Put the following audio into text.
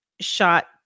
shot